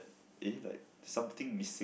eh like something missing